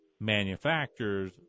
manufacturers